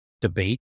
debate